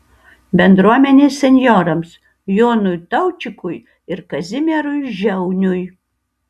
bendruomenės senjorams jonui taučikui ir kazimierui žiauniui